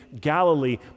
Galilee